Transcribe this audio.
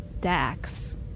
Dax